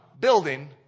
building